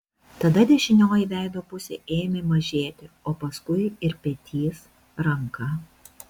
tada dešinioji veido pusė ėmė mažėti o paskui ir petys ranka